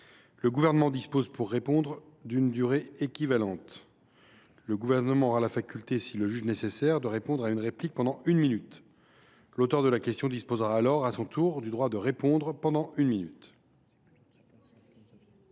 Le Gouvernement dispose pour répondre d’une durée équivalente. Il aura la faculté, s’il le juge nécessaire, de répondre à la réplique pendant une minute supplémentaire. L’auteur de la question disposera alors à son tour du droit de répondre pendant une minute.